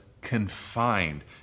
confined